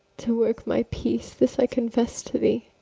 to work my peace, this i confess to thee